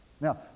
Now